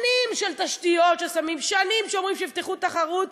שנים של תשתיות ששמים, שנים שאומרים שיפתחו תחרות.